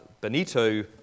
Benito